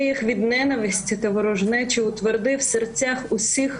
הברואים, ברוב חסדך הגן על יושבי